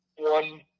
One